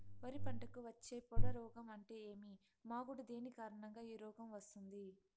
వరి పంటకు వచ్చే పొడ రోగం అంటే ఏమి? మాగుడు దేని కారణంగా ఈ రోగం వస్తుంది?